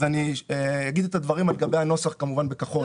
אז אני אגיד את הדברים לגבי הנוסח בכחול.